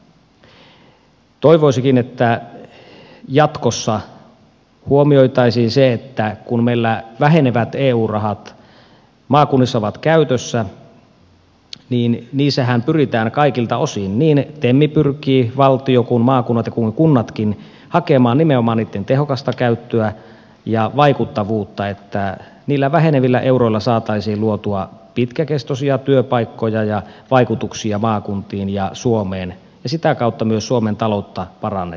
toivoisinkin että jatkossa huomioitaisiin se että kun meillä vähenevät eu rahat maakunnissa ovat käytössä niissähän pyritään kaikilta osin niin tem pyrkii valtio kuin maakunnat ja kunnatkin hakemaan nimenomaan niitten tehokasta käyttöä ja vaikuttavuutta niin niillä vähenevillä euroilla saataisiin luotua pitkäkestoisia työpaikkoja ja vaikutuksia maakuntiin ja suomeen ja sitä kautta myös suomen taloutta parannettua